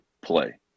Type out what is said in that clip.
play